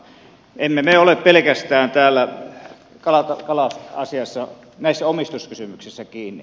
emme me ole täällä kala asiassa pelkästään näissä omistuskysymyksissä kiinni